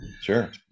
Sure